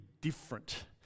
different